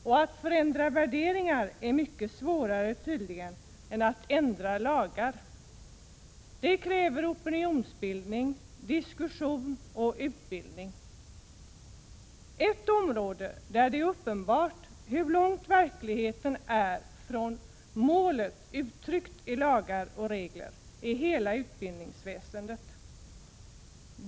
Och att förändra värderingar är tydligen mycket svårare än att ändra lagar. Det kräver opinionsbildning, diskussion och utbildning. Ett område där det är uppenbart hur långt verkligheten är från målet, uttryckt i lagar och regler, är hela utbildningsväsendet.